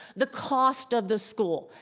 the cost of the school,